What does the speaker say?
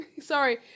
sorry